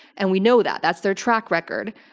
and we know that. that's their track record.